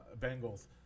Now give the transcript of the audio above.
Bengals